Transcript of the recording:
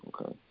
Okay